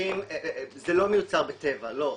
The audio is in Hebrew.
זה לא מיוצר בטבע, לא.